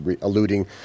alluding